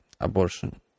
abortion